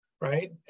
right